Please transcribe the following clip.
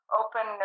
open